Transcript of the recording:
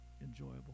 enjoyable